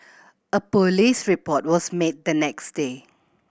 a police report was made the next day